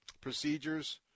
procedures